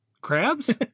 Crabs